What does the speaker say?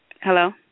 Hello